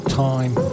time